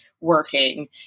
working